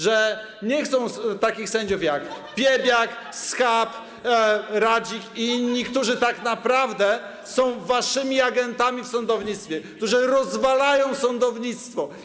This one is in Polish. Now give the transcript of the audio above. Że nie chcą takich sędziów jak: Piebiak, Schab, Radzik i inni, którzy tak naprawdę są waszymi agentami w sądownictwie, którzy rozwalają sądownictwo.